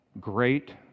great